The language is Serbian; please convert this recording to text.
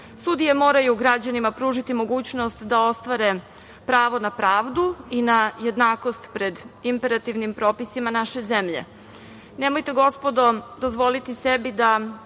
Sudije moraju građanima pružiti mogućnost da ostvare pravo na pravdu i na jednakost pred imperativnim propisima naše zemlje. Nemojte, gospodo, dozvoliti sebi da